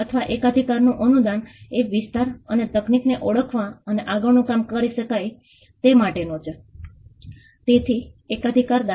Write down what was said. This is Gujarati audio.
100 ચોરસ મીટરના વિસ્તારની આ કેટલીક ઝલક છે કુલ વસ્તી આ નાના સ્થાને 25000 છે